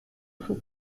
pre